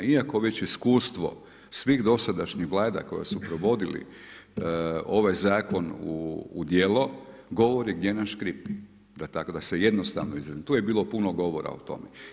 Iako već iskustvo, svih dosadašnjih vlada koje su provodili ovaj zakon u djelo, govori gdje nam škripi, da tako, da se jednostavno, tu je bilo puno govora o tome.